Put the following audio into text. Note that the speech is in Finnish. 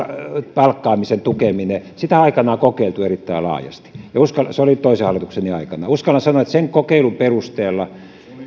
palkkaamisen tukeminen sitä on aikoinaan kokeiltu erittäin laajasti se oli toisen hallitukseni aikana ja uskallan sanoa että sen kokeilun perusteella